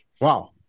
Wow